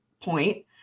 point